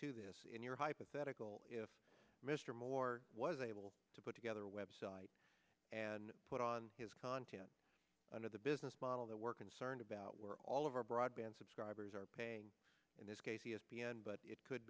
to this in your hypothetical if mr moore was able to put together a web site and put on his content under the business model the work concerned about where all of our broadband subscribers are paying in this case e s p n but it could